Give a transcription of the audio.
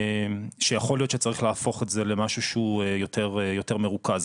שיכול להיות שצריך להפוך את זה למשהו שהוא יותר מרוכז.